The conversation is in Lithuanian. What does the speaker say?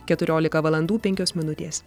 keturiolika valandų penkios minutės